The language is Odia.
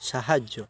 ସାହାଯ୍ୟ